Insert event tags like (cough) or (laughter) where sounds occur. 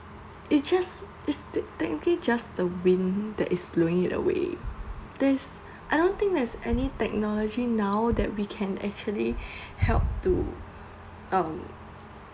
it's just is technically just the wind that is blowing it away this I don't think there's any technology now that we can actually (breath) help to um